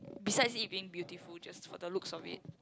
besides it being beautiful just for the looks of it